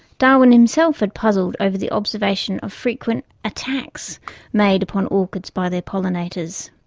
darwin himself had puzzled over the observation of frequent attacks made upon orchids by their pollinators.